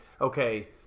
Okay